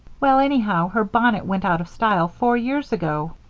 well, anyhow, her bonnet went out of style four years ago.